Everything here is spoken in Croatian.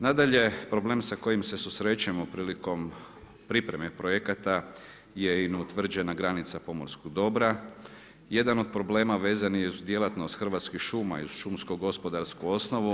Nadalje, problem sa kojim se susrećemo prilikom pripremnih projekata je i neutvrđena granica pomorskog dobra, jedan od problema vezan je uz djelatnost Hrvatskih šuma i uz šumsko-gospodarsku osnovu.